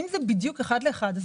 אם זה בדיוק אחד לאחד,